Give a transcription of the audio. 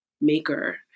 maker